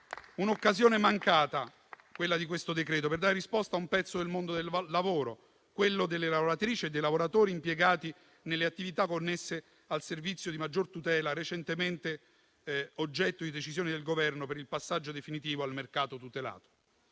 un'occasione mancata per dare risposta a un pezzo del mondo del lavoro, quello delle lavoratrici e dei lavoratori impiegati nelle attività connesse al servizio di maggior tutela, recentemente oggetto di decisioni del Governo per il passaggio definitivo al mercato tutelato.